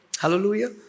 Hallelujah